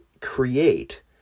create